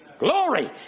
Glory